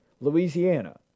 Louisiana